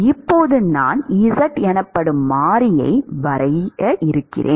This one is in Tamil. இப்போது நான் z எனப்படும் மாறியை வரையறுக்கிறேன்